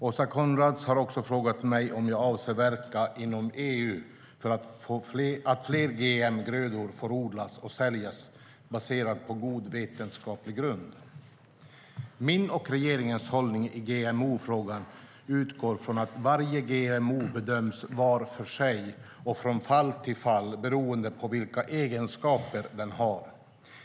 Åsa Coenraads har också frågat mig om jag avser att verka inom EU för att fler GM-grödor får odlas och säljas, baserat på god vetenskaplig grund. Min och regeringens hållning i GMO-frågan utgår från att varje GMO bedöms var för sig och från fall till fall beroende på vilka egenskaper den har.